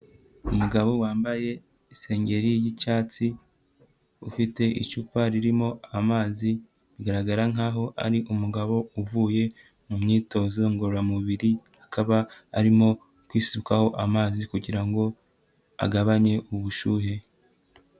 Umugabo wambaye isengeri y'icyatsi ufite icupa ririmo amazi, bigaragara nkaho ari umugabo uvuye mu myitozo ngororamubiri akaba arimo kwisukaho amazi kugira ngo agabanye ubushyuhe.